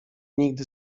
nigdy